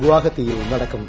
ഗുവാഹത്തിയിൽ നടക്കും